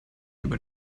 über